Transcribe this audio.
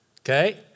Okay